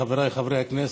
חבריי חברי הכנסת,